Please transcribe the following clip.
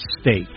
state